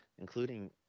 including